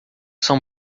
são